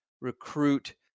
recruit